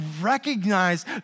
recognize